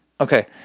Okay